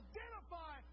Identify